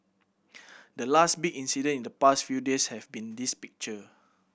the last big incident in the past few days have been this picture